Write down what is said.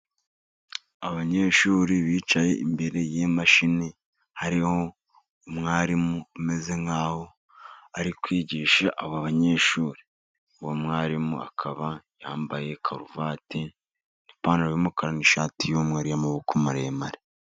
Abanyeshuri bicaye imbere y'imashini. Hariho umwarimu umeze nk'aho ari kwigisha aba banyeshuri. Uwo mwarimu akaba yambaye karuvati n'ipantaro y'umukara n'ishati y'umweru y'amaboko maremare.